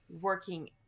working